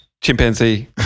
Chimpanzee